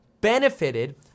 benefited